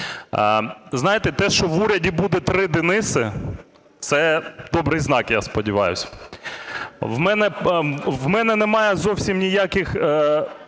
Знаєте, те, що в уряді буде три Дениси, це добрий знак, я сподіваюся. У мене немає зовсім ніяких